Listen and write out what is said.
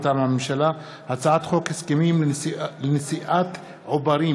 מטעם הממשלה: הצעת חוק הסכמים לנשיאת עוברים